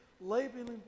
Labeling